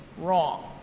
wrong